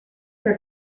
que